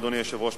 אדוני היושב-ראש,